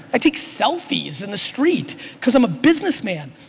i take selfies in the street cause i'm a businessman.